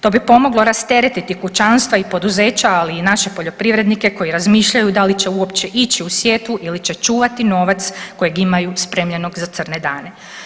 To bi pomoglo rasteretiti kućanstva i poduzeća i poduzeća, ali i naše poljoprivrednike koji razmišljaju da li će uopće ići u sjetvu ili će čuvati novac kojeg imaju spremljenog za crne dane.